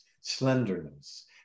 slenderness